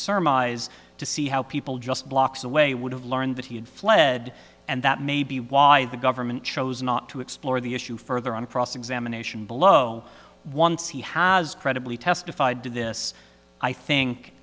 sermonize to see how people just blocks away would have learned that he had fled and that may be why the government chose not to explore the issue further on cross examination below once he has credibly testified to this i think